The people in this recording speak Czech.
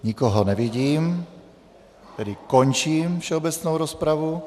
Nikoho nevidím, tedy končím všeobecnou rozpravu.